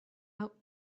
out